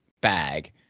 bag